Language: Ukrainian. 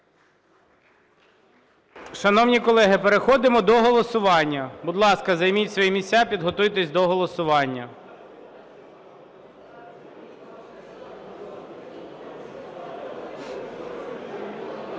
Шановні колеги, переходимо до голосування. Будь ласка, займіть свої місця, підготуйтесь до голосування.